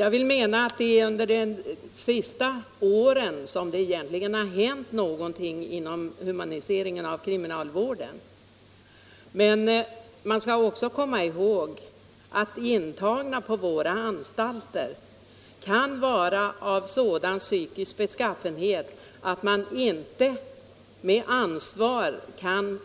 Herr talman! Det är under de senaste åren som det egentligen hänt något för humaniseringen av kriminalvården. Vi skall också komma ihåg att de intagna på våra anstalter kan ha sådana psykiska besvär att man inte med ansvar kan